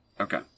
Okay